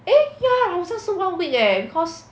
eh ya 好像是 one week eh because